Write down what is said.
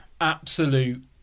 absolute